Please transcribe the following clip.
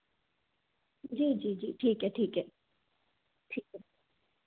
जी जी जी ठीक है ठीक है ठीक है